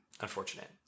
unfortunate